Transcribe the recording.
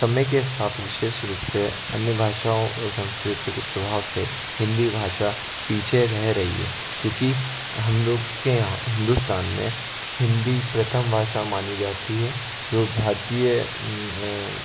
समय के साथ विशेष रूप से अन्य भाषाओं और संस्कृतियों के प्रभाव से हिंदी भाषा पीछे रह रही है क्योंकि हम लोग के यहाँ हिंदुस्तान में हिंदी प्रथम भासा मानी जाती है जो भारतीय